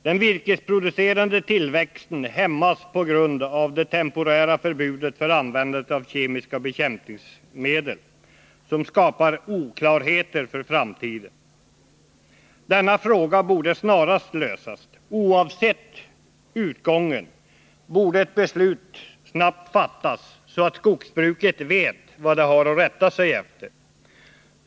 Den virkesproducerande tillväxten hämmas på grund av det temporära förbudet för användande av kemiska bekämpningsmedel, vilket skapar oklarheter för framtiden. Denna fråga borde snarast lösas. Oavsett utgången borde ett beslut snabbt fattas, så att skogsbruket vet vad det har att rätta sig efter.